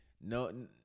No